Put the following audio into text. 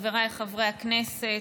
חבריי חברי הכנסת,